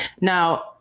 now